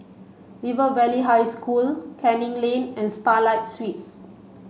River Valley High School Canning Lane and Starlight Suites